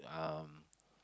um